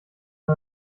der